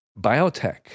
biotech